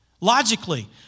Logically